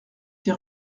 ses